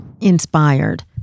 inspired